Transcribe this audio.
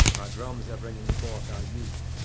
our drums are bringing forth our youth!